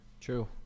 True